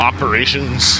Operations